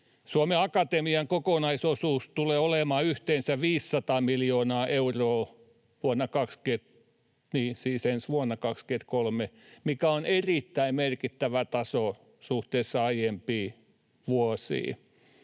Suomen Akatemian kokonaisosuus tulee olemaan yhteensä 500 miljoonaa euroa ensi vuonna, 23, mikä on erittäin merkittävä taso suhteessa aiempiin vuosiin.